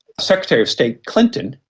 secretary of state clinton,